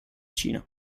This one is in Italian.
cina